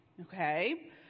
Okay